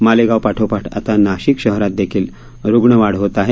मालेगाव पाठोपाठ आता नाशिक शहरात देखील रुग्ण वाढ होत आहे